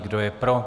Kdo je pro?